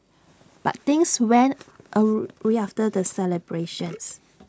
but things went awry after the celebrations